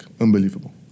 unbelievable